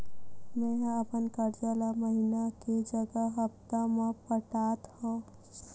मेंहा अपन कर्जा ला महीना के जगह हप्ता मा पटात हव